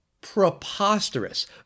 preposterous